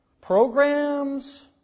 Programs